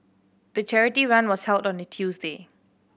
the charity run was held on a Tuesday